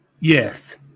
Yes